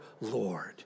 Lord